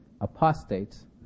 apostates